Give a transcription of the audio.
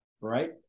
right